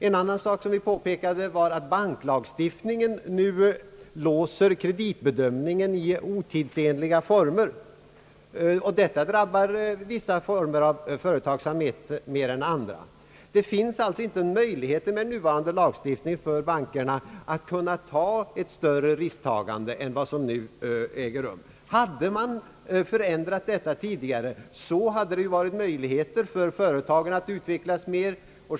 En annan sak som vi framhöll var att banklagstiftningen nu låser kreditbedömningen i otidsenliga former, något som drabbar vissa slag av företagsamhet mer än andra. Bankerna saknar med nuvarande lagstiftning möjligheter till ett större risktagande i sin utlåning. Om man ändrat bestämmelserna tidigare, hade ju företagen haft möjligheter att utvecklas mer.